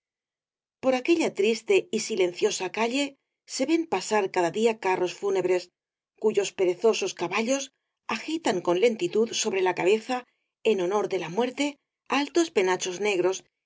por aquella triste y silenciosa calle se ven pasar cada día carros fúnebres cuyos perezosos caballos agitan con lentitud sobre la cabeza en honor de la muerte altos penachos negros